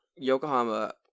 Yokohama